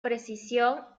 precisión